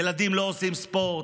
ילדים לא עושים ספורט,